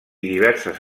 diverses